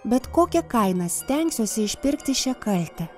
bet kokia kaina stengsiuosi išpirkti šią kaltę